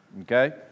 Okay